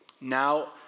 Now